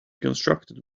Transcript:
constructed